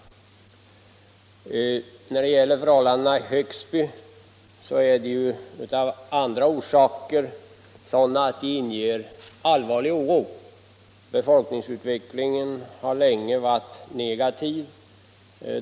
Förhållandena i Högsby är även av andra orsaker sådana att de inger allvarlig oro. Befolkningsutvecklingen har länge varit negativ.